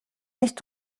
nicht